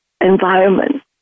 environment